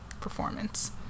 performance